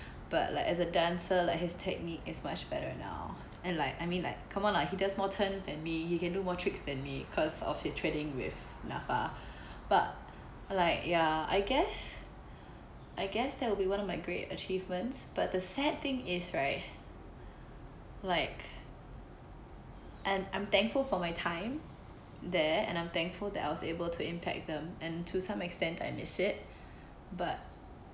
but like as a dancer like his technique is much better now and like I mean like come on lah he does more turns than me he can do more tricks than me cause of his training with NAFA but like ya I guess I guess that will be one of my great achievements but the sad thing is right like I'm I'm thankful for my time there and I'm thankful I was able to impact them and to some extend I miss it but